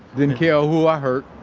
didn't care who i hurt,